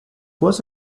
was